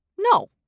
No